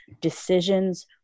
decisions